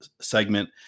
segment